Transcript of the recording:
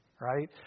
right